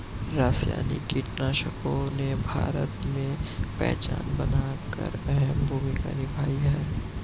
रासायनिक कीटनाशकों ने भारत में पहचान बनाकर अहम भूमिका निभाई है